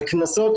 על קנסות.